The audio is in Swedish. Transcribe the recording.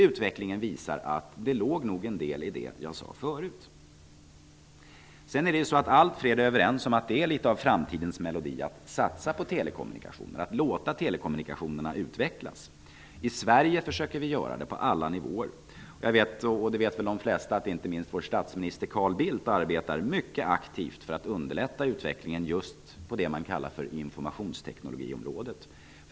Utvecklingen visar att det låg en del i det jag sade. Allt fler är överens om att satsningar på telekommunikation och på att låta telekommunikationerna utvecklas är framtidens melodi. I Sverige försöker vi göra det på alla nivåer. De flesta vet väl att inte minst vår statsminster Carl Bildt arbetar mycket aktivt för att underlätta utvecklingen just på det man kallar informationsteknologiområdet.